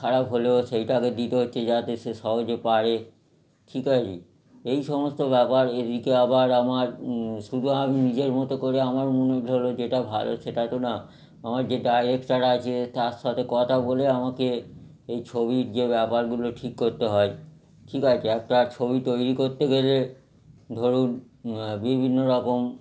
খারাপ হলেও সেইটা আগে দিতে হচ্ছে যাতে সে সহজে পারে ঠিক আছে এই সমস্ত ব্যাপার এদিকে আবার আমার শুধু আমি নিজের মতো করে আমার মনে হলো যেটা ভালো সেটা তো না আমার যে ডায়রেক্টার আছে তার সাথে কথা বলে আমাকে এই ছবির যে ব্যাপারগুলো ঠিক করতে হয় ঠিক আছে একটা ছবি তৈরি করতে গেল ধরুন বিভিন্ন রকম